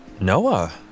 Noah